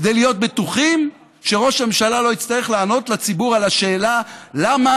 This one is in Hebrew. כדי להיות בטוחים שראש הממשלה לא יצטרך לענות לציבור על השאלה: למה